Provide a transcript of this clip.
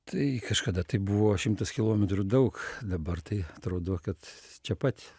tai kažkada tai buvo šimtas kilometrų daug dabar tai atrodo kad čia pat